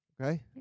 Okay